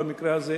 במקרה הזה,